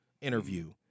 interview